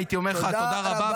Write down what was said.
הייתי אומר לך -- תודה רבה.